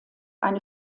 eine